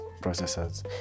processors